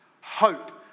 Hope